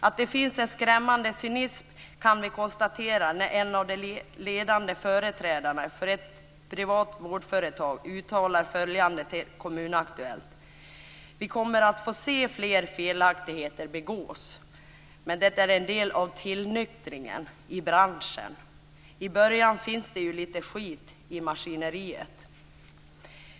Att det finns en skrämmande cynism kan vi konstatera när en av de ledande företrädarna för ett privat vårdföretag uttalar följande i Kommun Aktuellt: Vi kommer att få se fler felaktigheter begås. Men det är en del av tillnyktringen i branschen. I början finns det lite skit i maskineriet.